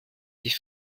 die